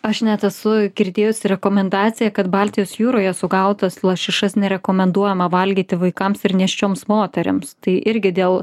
aš net esu girdėjusi rekomendaciją kad baltijos jūroje sugautas lašišas nerekomenduojama valgyti vaikams ir nėščioms moterims tai irgi dėl